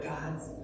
God's